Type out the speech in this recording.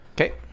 Okay